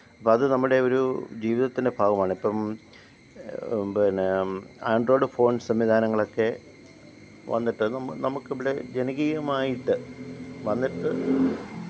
അപ്പം അത് നമ്മുടെ ഒരു ജീവിതത്തിന്റെ ഭാഗമാണ് ഇപ്പം പിന്നെ ആണ്ട്രോയിഡ് ഫോണ് സംവിധാനങ്ങളൊക്കെ വന്നിട്ട് നമ്മൾ നമ്മൾക്ക് ഇവിടെ ജനകീയമായിട്ട് വന്നിട്ട്